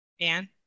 Anne